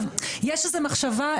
יש איזו מחשבה,